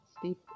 sleep